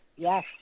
Yes